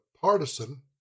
partisan